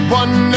one